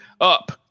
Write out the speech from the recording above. up